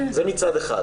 זה מצד אחד.